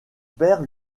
père